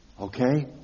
Okay